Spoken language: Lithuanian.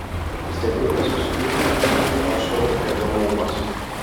stebėtas visų grupių kuilių pašaro ėdamumas